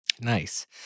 Nice